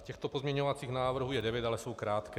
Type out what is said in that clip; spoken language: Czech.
Těchto pozměňovacích návrhů je devět, ale jsou krátké.